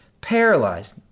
paralyzed